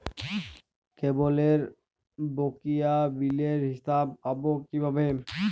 কেবলের বকেয়া বিলের হিসাব পাব কিভাবে?